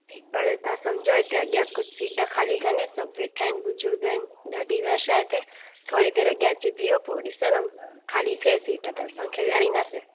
पर तव्हां सम्झो इते अॻियां कुझु सीट ख़ाली कान्हे सभु वेठा आहिनि बुज़ुर्ग आहिनि ॾाढी रश आहे इते थोरी देरि अॻियां अची बीहो पोइ ॾिसंदमि ख़ाली थे सीट त तव्हांखे वेहारींदासीं